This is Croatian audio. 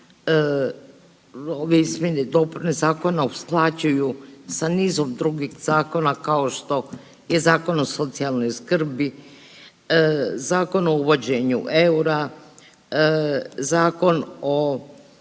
i dopune zakona usklađuju sa nizom drugih zakona kao što je Zakon o socijalnoj skrbi, Zakon o uvođenju eura, Zakon o